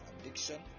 addiction